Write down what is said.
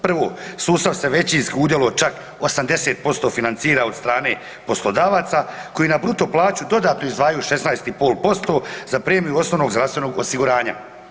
Prvo, sustav se većinski, u udjelu od čak 80% financira od strane poslodavaca koji na bruto plaću dodatno izdvajaju 16,5% za premiju osnovnog zdravstvenog osiguranja.